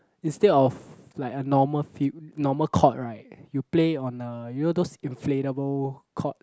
instead of like a normal field normal court right you play on a you know those inflatable court